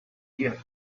yet